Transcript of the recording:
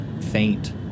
faint